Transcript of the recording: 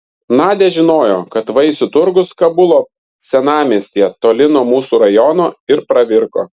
nadia žinojo kad vaisių turgus kabulo senamiestyje toli nuo mūsų rajono ir pravirko